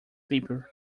paper